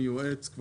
אני יועץ.